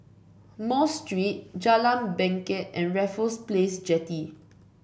Mosque Street Jalan Bangket and Raffles Place Jetty